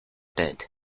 did